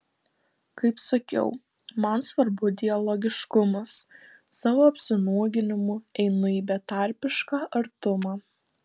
kaip sakiau man svarbu dialogiškumas savo apsinuoginimu einu į betarpišką artumą